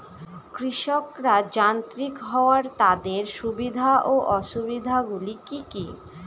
কৃষকরা যান্ত্রিক হওয়ার তাদের সুবিধা ও অসুবিধা গুলি কি কি?